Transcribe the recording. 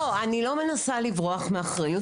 אני לא מנסה לברוח מאחריות,